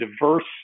diverse